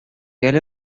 әле